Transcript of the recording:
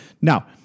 Now